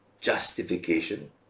justification